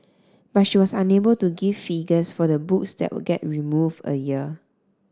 but she was unable to give figures for the books that get removed a year